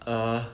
err